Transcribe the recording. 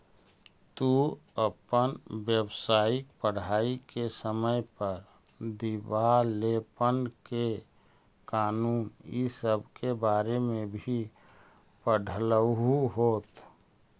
तू अपन व्यावसायिक पढ़ाई के समय पर दिवालेपन के कानून इ सब के बारे में भी पढ़लहू होत